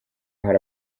hari